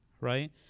right